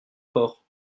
fort